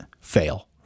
fail